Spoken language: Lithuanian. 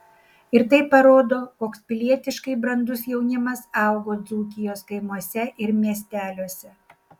ir tai parodo koks pilietiškai brandus jaunimas augo dzūkijos kaimuose ir miesteliuose